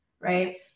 right